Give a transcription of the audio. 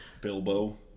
Bilbo